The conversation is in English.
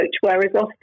whereas